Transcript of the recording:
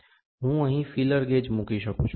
હું અહીં feeler gauge મૂકી શકું છું